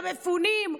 למפונים,